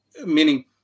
meaning